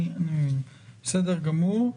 אני מבין, בסדר גמור.